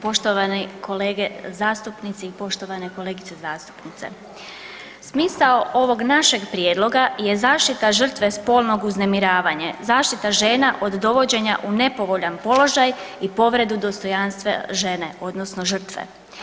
Poštovani kolege zastupnici i poštovane kolegice zastupnice, smisao ovog našeg prijedloga je zaštita žrtve spolnog uznemiravanja, zaštita žena od dovođenja u nepovoljan položaj i povredu dostojanstva žene odnosno žrtve.